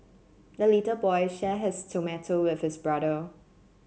the little boy shared his tomato with his brother